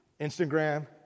Instagram